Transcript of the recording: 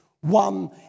one